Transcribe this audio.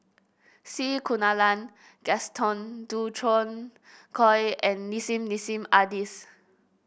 C Kunalan Gaston Dutronquoy and Nissim Nassim Adis